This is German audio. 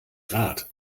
rad